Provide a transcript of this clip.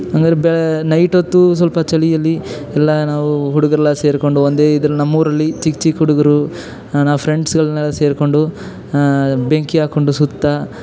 ಹಂಗಾರೆ ಬಾ ನೈಟ್ ಹೊತ್ತು ಸ್ವಲ್ಪ ಚಳಿಯಲ್ಲಿ ಎಲ್ಲ ನಾವು ಹುಡುಗರೆಲ್ಲ ಸೇರಿಕೊಂಡು ಒಂದೇ ಇದ್ರಲ್ಲಿ ನಮ್ಮೂರಲ್ಲಿ ಚಿಕ್ಕ ಚಿಕ್ಕ ಹುಡುಗರು ನಮ್ಮ ಫ್ರೆಂಡ್ಸ್ಗಳ್ನೆಲ್ಲ ಸೇರಿಕೊಂಡು ಬೆಂಕಿ ಹಾಕ್ಕೊಂಡು ಸುತ್ತ